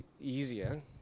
easier